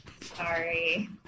Sorry